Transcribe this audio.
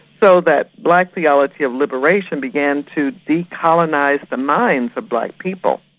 so that black theology of liberation began to decolonise the minds of black people.